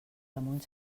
damunt